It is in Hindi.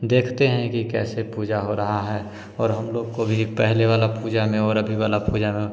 दखते हैं कि कैसे पूजा हो रही है और हम लोग को भी पहले वाली पूजा में और अभी वाली पूजा में